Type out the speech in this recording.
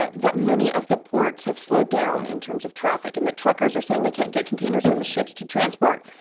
but that many of the ports have slowed down in terms of traffic and that truckers are saying they can't get containers from the ships to transport.